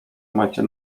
macie